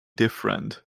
different